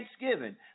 thanksgiving